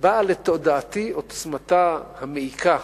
באה לתודעתי עוצמתה המעיקה